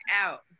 out